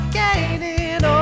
gaining